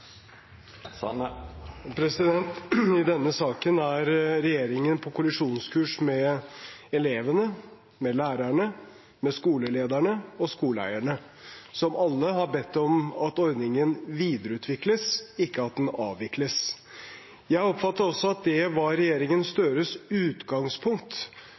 regjeringen på kollisjonskurs med elevene, lærerne, skolelederne og skoleeierne, som alle har bedt om at ordningen videreutvikles, ikke at den avvikles. Jeg oppfattet også at det var Støre-regjeringens utgangspunkt